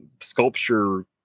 sculpture